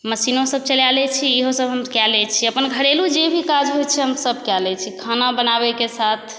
मशीनों सब चला लै छी इहो सभ हम कए लै छी अपन घरेलु जे भी काज होइ छै हम सब कए लै छी खाना बनावैकेँ साथ